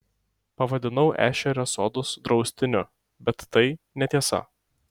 pavadinau ešerio sodus draustiniu bet tai netiesa